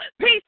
Peace